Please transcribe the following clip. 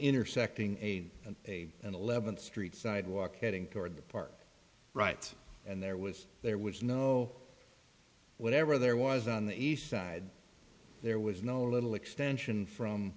intersecting a and a and eleventh street sidewalk heading toward the park right and there was there was no whatever there was on the east side there was no little extension from